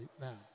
now